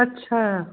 अच्छा